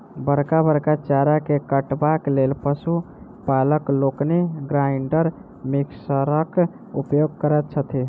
बड़का बड़का चारा के काटबाक लेल पशु पालक लोकनि ग्राइंडर मिक्सरक उपयोग करैत छथि